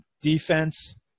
defense